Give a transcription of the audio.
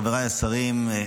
חבריי השרים,